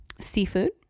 seafood